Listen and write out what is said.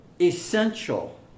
essential